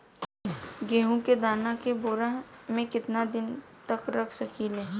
गेहूं के दाना के बोरा में केतना दिन तक रख सकिले?